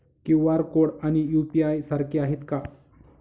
QR code आणि UPI सारखे आहेत का?